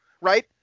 Right